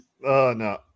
no